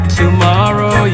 tomorrow